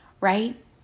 right